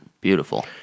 Beautiful